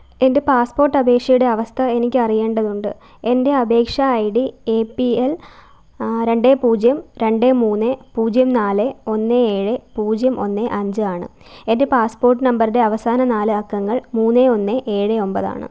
എൻ്റെ പാസ്പോർട്ട് അപേക്ഷയുടെ അവസ്ഥ എനിക്ക് അറിയേണ്ടതുണ്ട് എൻ്റെ അപേക്ഷാ I D A P L രണ്ട് പൂജ്യം രണ്ട് മൂന്ന് പൂജ്യം നാല് ഒന്ന് ഏഴ് പൂജ്യം ഒന്ന് അഞ്ച് ആണ് എൻ്റെ പാസ്പോർട്ട് നമ്പറുടെ അവസാന നാല് അക്കങ്ങൾ മൂന്ന് ഒന്ന് ഏഴ് ഒമ്പത് ആണ്